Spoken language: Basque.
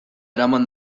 eraman